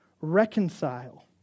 reconcile